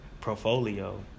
portfolio